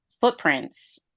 footprints